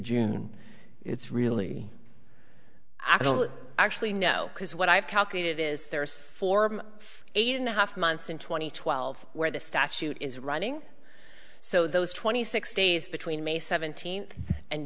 june it's really i don't actually know because what i've calculated is there is form eight and a half months in two thousand and twelve where the statute is running so those twenty six days between may seventeenth and